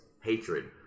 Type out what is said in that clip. hatred